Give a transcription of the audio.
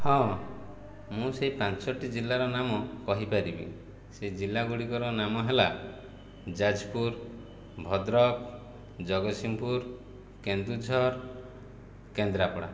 ହଁ ମୁଁ ସେହି ପାଞ୍ଚଟି ଜିଲ୍ଲାର ନାମ କହିପାରିବି ସେ ଜିଲ୍ଲା ଗୁଡ଼ିକର ନାମ ହେଲା ଯାଜପୁର ଭଦ୍ରକ ଜଗତସିଂହପୁର କେନ୍ଦୁଝର କେନ୍ଦ୍ରାପଡ଼ା